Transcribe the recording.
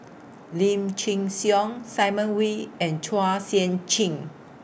Lim Chin Siong Simon Wee and Chua Sian Chin